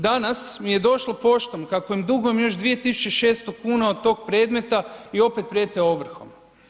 Danas mi je došlo poštom kako im dugujem još 2.600,00 kn od tog predmeta i opet prijete ovrhom.